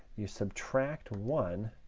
you subtract one